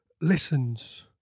listens